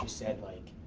said like,